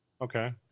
Okay